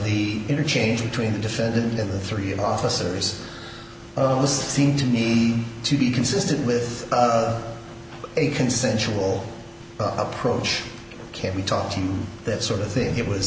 the interchange between the defendant and the three officers on the seemed to need to be consistent with a consensual approach can we talk to that sort of thing it was